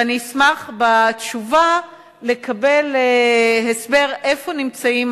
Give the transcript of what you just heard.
ואני אשמח לקבל בתשובה הסבר איפה נמצאים